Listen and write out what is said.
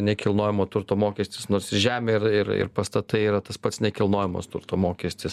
nekilnojamo turto mokestis nors žemė ir ir ir pastatai yra tas pats nekilnojamo turto mokestis